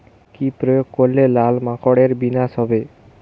কি প্রয়োগ করলে লাল মাকড়ের বিনাশ হবে?